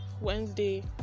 wednesday